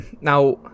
Now